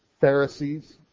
Pharisees